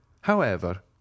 However